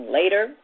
later